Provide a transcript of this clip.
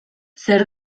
zer